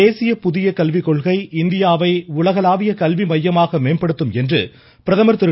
தேசிய புதிய கல்விக்கொள்கை இந்தியாவை உலகளாவிய கல்வி மையமாக மேம்படுத்தும் என்று பிரதமர் திரு